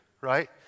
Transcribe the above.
right